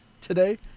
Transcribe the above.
today